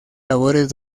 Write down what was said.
labores